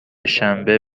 شنبه